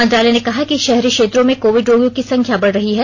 मंत्रालय ने कहा कि शहरी क्षेत्रों में कोविड रोगियों की संख्या बढ़ रही है